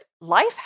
life